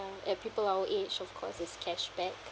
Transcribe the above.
at people our age of course is cashback